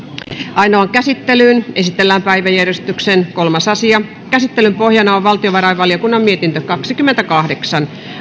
ainoaan käsittelyyn esitellään päiväjärjestyksen kolmas asia käsittelyn pohjana on valtiovarainvaliokunnan mietintö kaksikymmentäkahdeksan